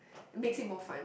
makes it more fun